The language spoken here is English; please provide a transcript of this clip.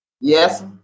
Yes